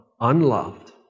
unloved